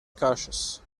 cautious